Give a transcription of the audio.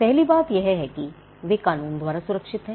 पहली बात यह है कि वे कानून द्वारा सुरक्षित हैं